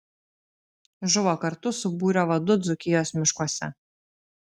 žuvo kartu su būrio vadu dzūkijos miškuose